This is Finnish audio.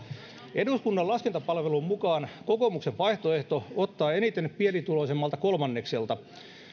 eduskunnan laskentapalvelun mukaan kokoomuksen vaihtoehto ottaa eniten pienituloisimmalta kolmannekselta